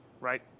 right